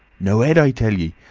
no ed, i tell ye.